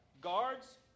Guards